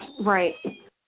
Right